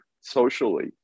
socially